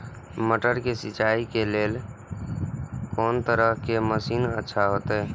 मटर के सिंचाई के लेल कोन तरह के मशीन अच्छा होते?